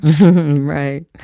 Right